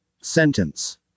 sentence